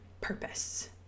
purpose